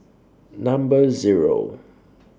Number Zero